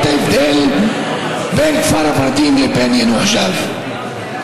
ההבדל בין כפר ורדים לבין יאנוח-ג'ת.